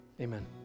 amen